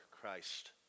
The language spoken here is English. Christ